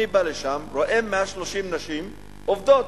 אני בא לשם, רואה 130 נשים עובדות.